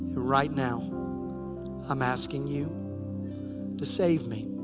right now i'm asking you to save me.